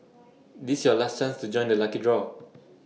this your last chance to join the lucky draw